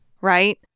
right